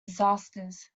disasters